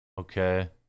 okay